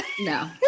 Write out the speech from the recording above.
no